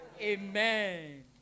Amen